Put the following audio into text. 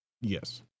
Yes